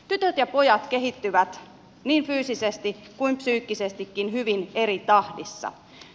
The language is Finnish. tytöt ja pojat kehittyvät niin fyysisesti kuin psyykkisestikin hyvin eri tahdissa